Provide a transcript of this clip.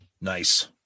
Nice